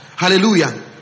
Hallelujah